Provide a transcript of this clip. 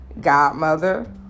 godmother